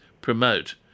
promote